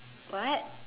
what